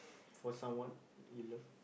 for someone you love